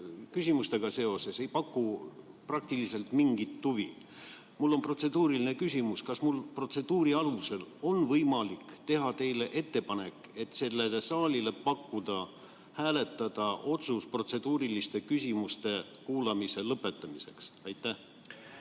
küsimustega seoses ei paku mingit huvi. Mul on protseduuriline küsimus: kas mul protseduuri alusel on võimalik teha teile ettepanek panna sellele saalile hääletamiseks otsus protseduuriliste küsimuste kuulamise lõpetamiseks? Aitäh!